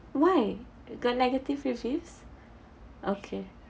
why got negative reviews okay